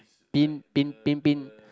pin pin pin pin